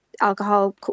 alcohol